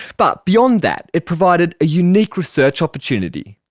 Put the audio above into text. but beyond that it provided a unique research opportunity.